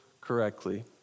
correctly